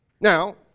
Now